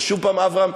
ושוב, אברהם,